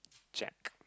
Jack